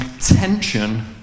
tension